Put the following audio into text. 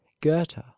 goethe